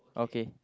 okay